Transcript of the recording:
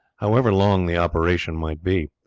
however long the operation might be.